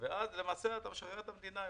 ואז למעשה אתה משחרר את המדינה.